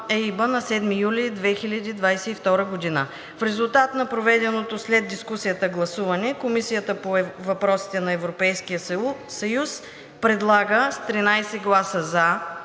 на 7 юли 2022 г. В резултат на проведеното след дискусията гласуване Комисията по въпросите на Европейския съюз предлага, с 13 гласа за